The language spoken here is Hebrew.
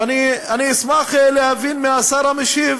ואני אשמח להבין מהשר המשיב